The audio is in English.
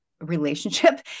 relationship